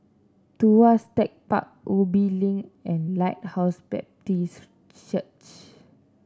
Tuas Tech Park Ubi Link and Lighthouse Baptist Church